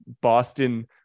Boston